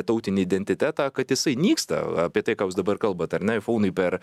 tautinį identitetą kad jisai nyksta apie tai ką jūs dabar kalbat ar ne aifounai per